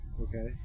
Okay